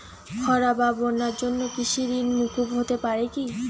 খরা বা বন্যার জন্য কৃষিঋণ মূকুপ হতে পারে কি?